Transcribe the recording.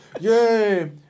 yay